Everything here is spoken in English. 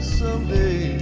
someday